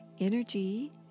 energy